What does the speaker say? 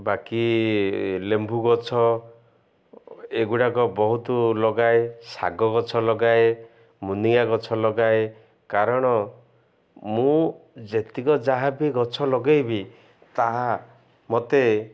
ବାକି ଲେମ୍ବୁ ଗଛ ଏଗୁଡ଼ାକ ବହୁତ ଲଗାଏ ଶାଗ ଗଛ ଲଗାଏ ମୁନିଆ ଗଛ ଲଗାଏ କାରଣ ମୁଁ ଯେତିକ ଯାହାବି ଗଛ ଲଗେଇବି ତାହା ମୋତେ